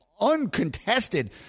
uncontested